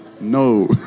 No